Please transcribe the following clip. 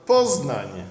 Poznań